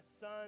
son